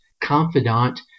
confidant